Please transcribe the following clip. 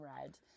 Red